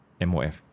MOF